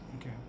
Okay